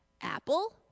Apple